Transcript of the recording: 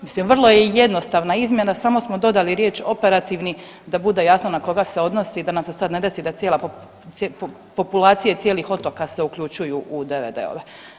Mislim vrlo je jednostavna izmjena samo smo dodali riječ operativni da bude jasno na koga se odnosi i da nam se sada ne desi da populacije cijelih otoka se uključuju u DVD-ove.